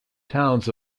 towns